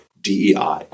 DEI